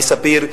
ב"ספיר",